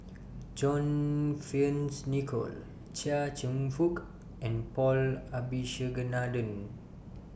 John Fearns Nicoll Chia Cheong Fook and Paul Abisheganaden